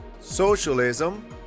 socialism